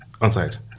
On-site